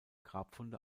grabfunde